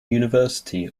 university